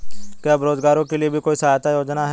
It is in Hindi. क्या बेरोजगारों के लिए भी कोई सहायता योजना है?